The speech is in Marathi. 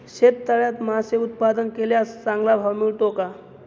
शेततळ्यात मासे उत्पादन केल्यास चांगला भाव मिळतो का?